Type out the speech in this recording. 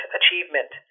achievement